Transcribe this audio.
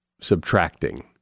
subtracting